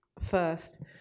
first